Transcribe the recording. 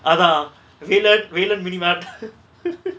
அதா:atha velan velan mini market